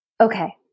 Okay